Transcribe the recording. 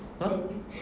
!huh!